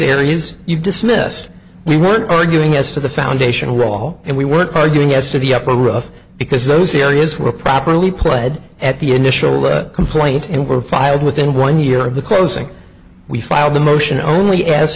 areas you dismiss we weren't arguing as to the foundational role and we weren't arguing as to the upper of because those areas were properly pled at the initial complaint and were filed within one year of the closing we filed the motion only a